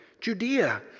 Judea